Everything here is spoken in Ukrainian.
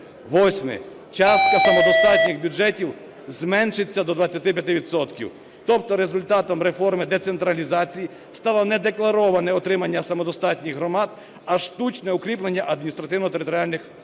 Восьме. Частка самодостатніх бюджетів зменшиться до 25 відсотків. Тобто результатом реформи децентралізації стало не деклароване отримання самодостатніх громад, а штучне укріплення адміністративно-територіальних одиниць.